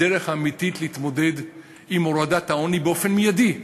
הדרך האמיתית להתמודד עם הורדת העוני באופן מיידי,